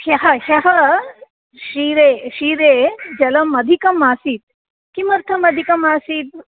ह्यः ह्यः क्षीरे क्षीरे जलम् अधिकम् आसीत् किमर्थम् अधिकं आसीत्